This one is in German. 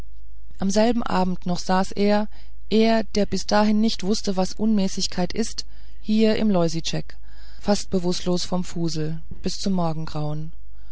am selben abend noch saß er er der bis dahin nicht gewußt was unmäßigkeit ist hier beim loisitschek fast bewußtlos vom fusel bis zum morgengrauen